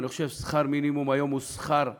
אני חושב ששכר המינימום היום הוא שכר עוני.